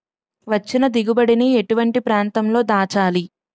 వచ్చిన దిగుబడి ని ఎటువంటి ప్రాంతం లో దాచాలి?